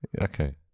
Okay